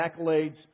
accolades